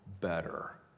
better